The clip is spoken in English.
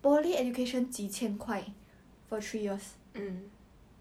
!wah! 你会后悔你的选择